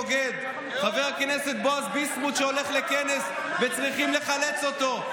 בוגד"; חבר הכנסת בועז ביסמוט הולך לכנס וצריכים לחלץ אותו.